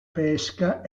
pesca